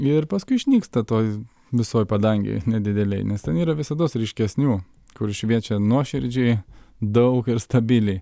ir paskui išnyksta toj visoj padangėj nedidelėj nes ten yra visados ryškesnių kur šviečia nuoširdžiai daug ir stabiliai